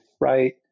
right